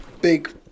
big